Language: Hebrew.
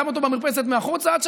שם אותו במרפסת בחוץ,